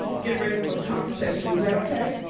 get ready for the conversation. is that okay?